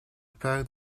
père